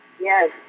Yes